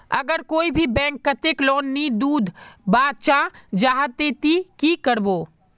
अगर कोई भी बैंक कतेक लोन नी दूध बा चाँ जाहा ते ती की करबो?